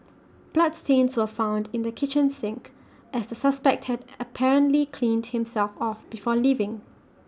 bloodstains were found in the kitchen sink as the suspect had apparently cleaned himself off before leaving